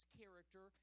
character